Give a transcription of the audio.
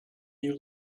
you